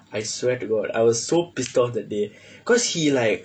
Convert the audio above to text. I swear to god I was so pissed off that day cause he like